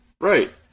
right